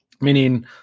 meaning